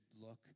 look